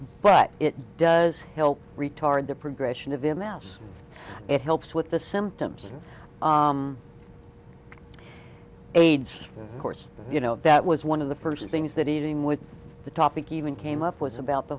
but it does help retard the progression of him else it helps with the symptoms aids course you know that was one of the first things that eating with the topic even came up was about the